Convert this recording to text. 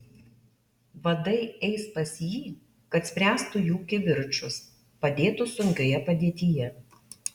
vadai eis pas jį kad spręstų jų kivirčus padėtų sunkioje padėtyje